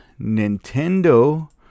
Nintendo